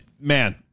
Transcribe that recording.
Man